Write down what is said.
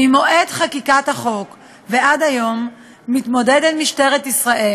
ממועד חקיקת החוק ועד היום מתמודדת משטרת ישראל